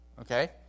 Okay